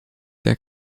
der